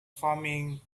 flaming